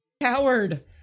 Coward